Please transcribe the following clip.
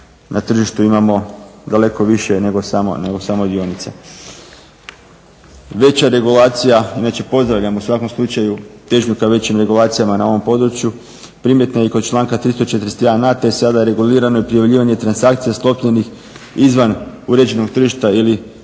na tržištu imamo daleko više nego samo dionice. Veća regulacija, inače pozdravljamo u svakom slučaju težnju ka većim regulacijama u ovom području, primjetna je i kod članka 341. … sada regulirano i prijavljivanje transakcija sklopljenih izvan uređenog tržišta ili